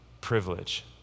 privilege